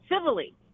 civilly